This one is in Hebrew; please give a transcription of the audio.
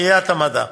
קריית המדע.